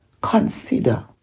consider